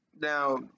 Now